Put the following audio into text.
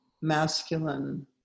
masculine